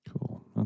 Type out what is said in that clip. Cool